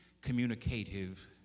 communicative